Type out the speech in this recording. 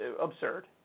absurd